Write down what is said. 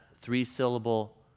three-syllable